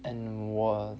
and 我